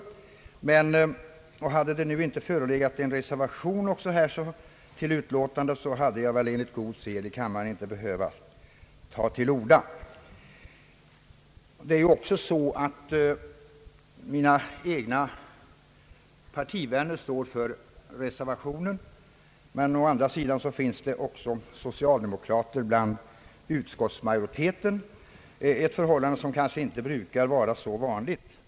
Om det nu inte hade förelegat en reservation, så hade jag enligt god sed i kammaren inte behövt ta till orda. Mina partivänner står för reservationen, men jag har sådana också inom utskottsmajoriteten, ett förhållande som kanske inte brukar vara så vanligt.